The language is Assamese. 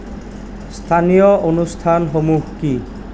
স্থানীয় অনুষ্ঠানসমূহ কি